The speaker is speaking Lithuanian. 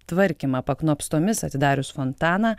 tvarkymą paknopstomis atidarius fontaną